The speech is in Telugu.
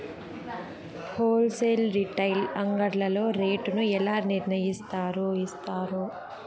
హోల్ సేల్ రీటైల్ అంగడ్లలో రేటు ను ఎలా నిర్ణయిస్తారు యిస్తారు?